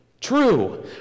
True